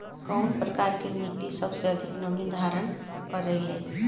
कउन प्रकार के मिट्टी सबसे अधिक नमी धारण करे ले?